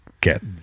get